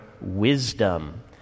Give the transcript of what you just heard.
wisdom